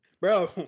bro